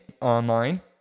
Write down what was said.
online